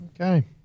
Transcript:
Okay